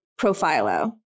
Profilo